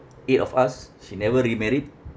eight of us she never remarried